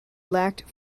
lacked